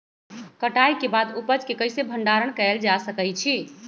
कटाई के बाद उपज के कईसे भंडारण कएल जा सकई छी?